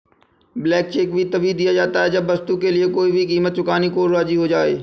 blank cheque तभी दिया जाता है जब वस्तु के लिए कोई भी कीमत चुकाने को राज़ी हो